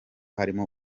harimo